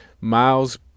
Miles